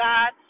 God